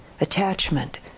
attachment